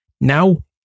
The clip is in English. Now